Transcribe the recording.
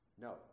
No